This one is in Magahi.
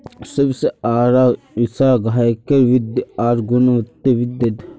स्वस्थ आहार स गायकेर वृद्धि आर गुणवत्तावृद्धि हबे